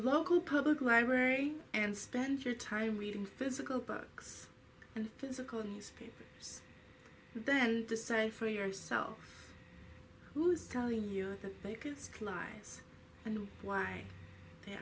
local public library and spend your time reading physical books and physical space then decide for yourself who is telling you that they could slice and why they